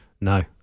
no